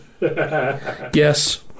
Yes